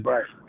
Right